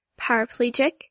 Paraplegic